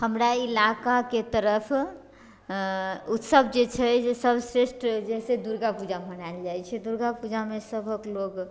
हमरा इलाकाके तरफ उत्सव जे छै जे सर्वश्रेष्ठ जे से दुर्गा पूजा मनायल जाइत छै दुर्गा पूजामे सभक लोक